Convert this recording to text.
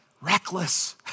reckless